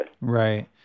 Right